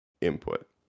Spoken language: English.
input